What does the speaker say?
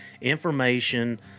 information